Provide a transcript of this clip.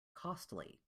costly